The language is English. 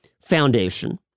Foundation—